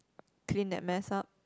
clean that mess up